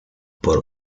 por